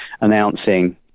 announcing